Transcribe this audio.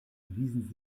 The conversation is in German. wiesen